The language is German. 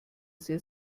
sehr